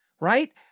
right